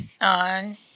on